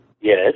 Yes